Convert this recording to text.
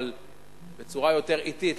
אבל בצורה יותר אטית,